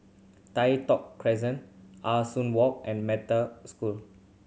Tai Thong Crescent Ah Soo Walk and Metta School